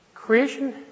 Creation